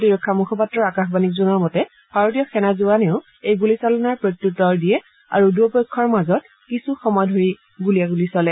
প্ৰতিৰক্ষা মুখপাত্ৰই আকাশবাণীক জনোৱা মতে ভাৰতীয় সেনা জোৱানেও এই গুলীচালনাৰ প্ৰত্যুত্তৰ দিয়ে আৰু দুয়োপক্ষৰ মাজত কিছু সময় ধৰি গুলীয়াগুলী চলে